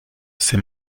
c’est